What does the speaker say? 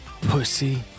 Pussy